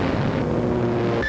or